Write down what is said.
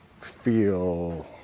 feel